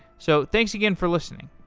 so thanks again for listening